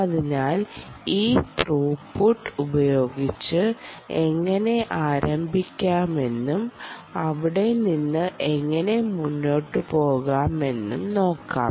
അതിനാൽ ഈ ത്രൂപുട്ട് ഉപയോഗിച്ച് എങ്ങനെ ആരംഭിക്കാമെന്നും അവിടെ നിന്ന് എങ്ങനെ മുന്നോട്ട് പോകാമെന്നും നോക്കാം